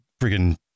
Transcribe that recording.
freaking